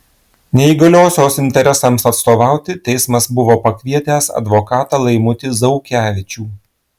neįgaliosios interesams atstovauti teismas buvo pakvietęs advokatą laimutį zaukevičių